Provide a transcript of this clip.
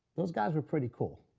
those guys were pretty cool.